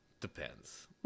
depends